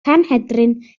carnhedryn